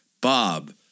Bob